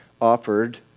offered